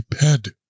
head